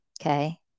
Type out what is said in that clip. Okay